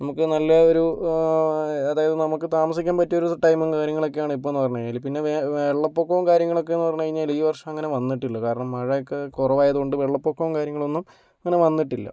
നമുക്ക് നല്ല ഒരു അതായത് നമുക്ക് താമസിക്കാൻ പറ്റിയ ഒരു ടൈമും കാര്യങ്ങളൊക്കെയാണ് ഇപ്പോളെന്നു പറഞ്ഞു കഴിഞ്ഞാൽ പിന്നെ വേ വെള്ളപ്പൊക്കവും കാര്യങ്ങളൊക്കെയെന്നു പറഞ്ഞു കഴിഞ്ഞാൽ ഈ വർഷം അങ്ങനെ വന്നിട്ടില്ല കാരണം മഴ ഒക്കെ കുറവായതു കൊണ്ട് വെള്ളപൊക്കവും കാര്യങ്ങളൊന്നും അങ്ങനെ വന്നിട്ടില്ല